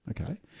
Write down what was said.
okay